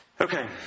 Okay